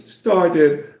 started